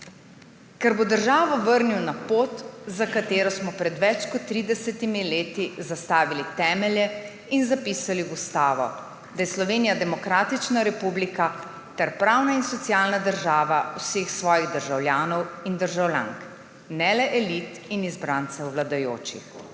Ker bo državo vrnil na pot, za katero smo pred več kot 30 leti zastavili temelje in zapisali v ustavo, da je Slovenija demokratična republika ter pravna in socialna država vseh svojih državljanov in državljank. Ne le elit in izbrancev vladajočih.